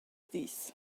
dis